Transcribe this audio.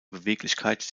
beweglichkeit